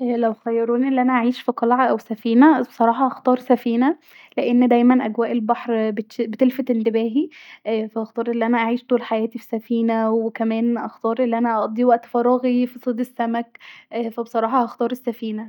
لو خيروني أن انا اعيش في قلعه أو سفينه بصراحه هختار سفينه لأن دايما أجواء البحر بتشد بتلفت انتباهي ف هختار أن انا اعيش طول حياتي في سفينه وكمان هختار أن انا اقضي وقت فراغي في صيد السمك ف بصراحه هختار السفينه